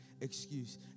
Excuse